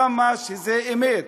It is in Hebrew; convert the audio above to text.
כמה שזה אמת.